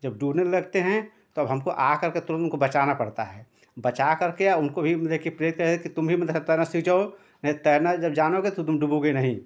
जब डूबने लगते हैं तब हमको आ आ करके तुरन्त उनको बचाना पड़ता है बचा करके और उनको भी माने प्रेरित कि तुम भी मतलब तैरना सीख जाओ नहीं तैरना जब जानोगे तो तुम डूबोगे नहीं